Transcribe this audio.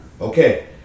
Okay